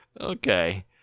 okay